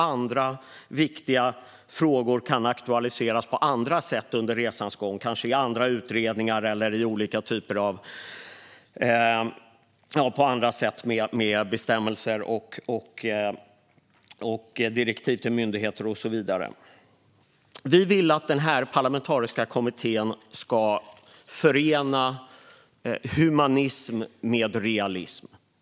Andra viktiga frågor kan aktualiseras på andra sätt under resans gång, kanske i andra utredningar eller på andra sätt genom bestämmelser, direktiv till myndigheter och så vidare. Vi vill att den parlamentariska kommittén ska förena humanism med realism.